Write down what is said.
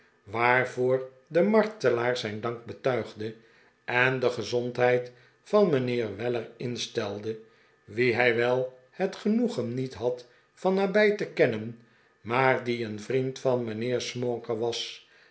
waarvoor de martelaar zijn dank betuigde en de gezondheid van mijnheer weller instelde wien hij wel het genoegen niet had van nabij te kennen maar die een vriend van mijnheer smauker was